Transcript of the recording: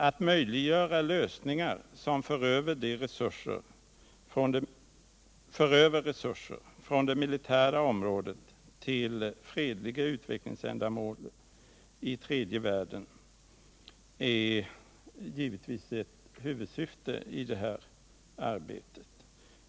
Att möjliggöra lösningar som för över resurser från det militära området till fredliga utvecklingsändamål i tredje världen är givetvis ett huvudsyfte i det här arbetet.